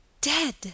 Dead